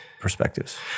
perspectives